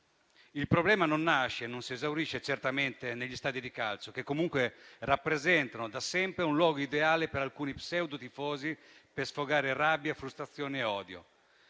Il problema non nasce e non si esaurisce certamente negli stadi di calcio, che comunque rappresentano da sempre un luogo ideale per alcuni pseudotifosi per sfogare rabbia, frustrazioni e odio.